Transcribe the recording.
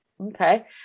okay